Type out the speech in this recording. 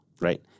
Right